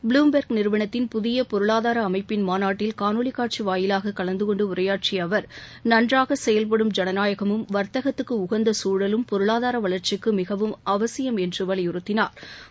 Bloomberg நிறுவனத்தின் புதிய பொருளாதார அமைப்பின் மாநாட்டில் காணொலி காட்சி வாயிலாக கலந்து கொண்டு உரையாற்றிய அவர் நன்றாக செயவ்படும் ஜனநாயகமும் வர்த்தகத்துக்கு உகந்த சூழலும் பொருளாதார வளா்ச்சிக்கு மிகவும் அவசியம் என்று வலியுறுத்தினாா்